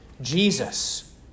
Jesus